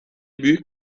büyük